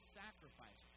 sacrifice